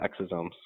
exosomes